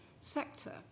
sector